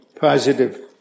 positive